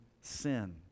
sin